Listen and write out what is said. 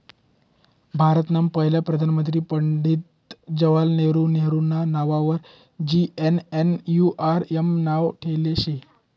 भारतमा पहिला प्रधानमंत्री पंडित जवाहरलाल नेहरू नेहरूना नाववर जे.एन.एन.यू.आर.एम नाव ठेयेल शे